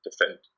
defend